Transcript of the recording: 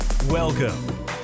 Welcome